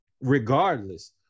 regardless